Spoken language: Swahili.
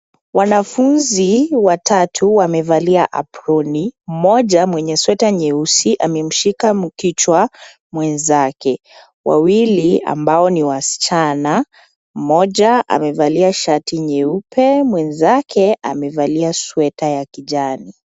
Wanafunzi watatu wamevalia aproni. Mmoja mwenye sweta nyeusi, amemshika kichwa mwenzake. Wawili ambao ni wasichana, mmoja amevalia shati nyeupe, mwenzake amevalia sweta ya kijani.